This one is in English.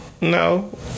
No